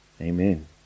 Amen